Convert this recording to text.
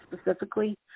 specifically